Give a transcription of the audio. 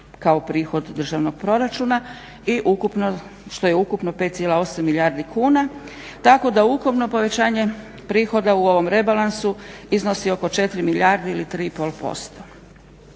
kao prihod državnog proračuna što je ukupno 5,8 milijardi kuna. Tako da ukupno povećanje prihoda u ovom rebalansu iznosi oko 4 milijarde ili 3